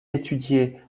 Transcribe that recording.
étudié